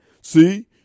see